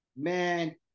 man